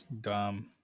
Dumb